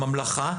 הממלכה,